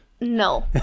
No